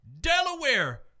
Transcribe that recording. Delaware